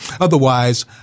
Otherwise